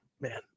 man